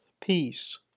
peace